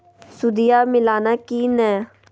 सुदिया मिलाना की नय?